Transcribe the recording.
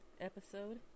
episode